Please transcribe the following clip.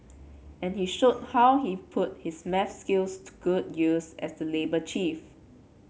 and he showed how he put his maths skills to good use as the labour chief